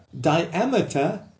diameter